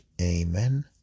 Amen